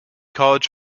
college